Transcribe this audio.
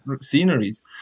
sceneries